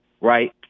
right